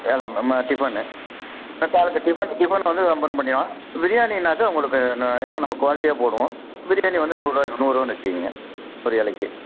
இல நம்ம நம்ம டிஃபனு ஆ சார் இப்போ டிஃபனு டிஃபன் வந்து ஒரு ஐம்பதுன்னு பண்ணிக்கலாம் பிரியாணின்னாக்கா உங்களுக்கு ந ஏன்னால் நம்ம குவாலிட்டியாக போடுவோம் பிரியாணி வந்து நூறுரூவா நூறுபானு வச்சுக்கிங்க ஒரு இலைக்கி